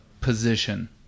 position